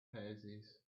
houses